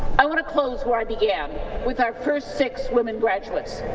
i want to close where i began with our first six women graduates.